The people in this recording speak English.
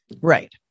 Right